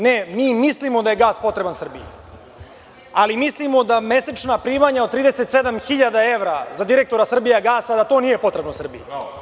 Ne, mi mislimo da je gas potreban Srbiji, alimislimo da mesečna primanja od 37.000 evra za direktora „Srbijagasa“ da to nije potrebno Srbiji.